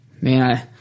man